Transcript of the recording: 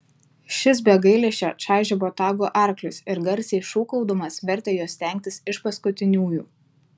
šis be gailesčio čaižė botagu arklius ir garsiai šūkaudamas vertė juos stengtis iš paskutiniųjų